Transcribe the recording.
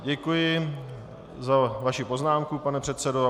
Děkuji za vaši poznámku, pane předsedo.